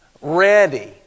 ready